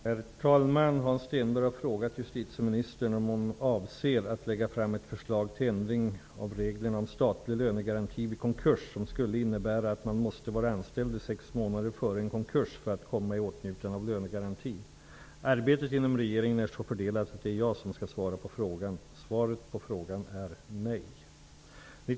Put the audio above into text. Fru talman! Hans Stenberg har frågat justitieministern om hon avser att lägga fram ett förslag till ändring av reglerna om statlig lönegaranti vid konkurs, som skulle innebära, att man måste vara anställd i sex månader före en konkurs för att komma i åtnjutande av lönegarantin. Arbetet inom regeringen är så fördelat att det är jag som skall svara på frågan. Svaret på frågan är nej!